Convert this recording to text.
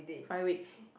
five weeks